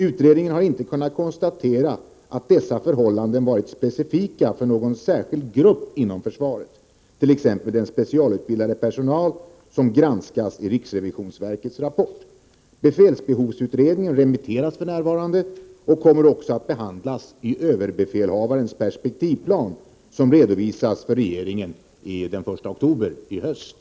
Utredningen har inte kunnat konstatera att dessa förhållanden varit specifika för någon särskild grupp inom försvaret, t.ex. den specialutbildade personal som granskas i riksrevisionsverkets Befälsbehovsutredningen remitteras för närvarande och kommer också att beharidlas i överbefälhavarens perspektivplan som redovisas för regeringen den 1 oktober i höst.